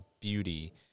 beauty